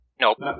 Nope